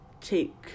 take